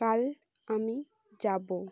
কাল আমি যাবো